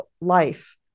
life